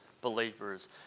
believers